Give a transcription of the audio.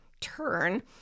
turn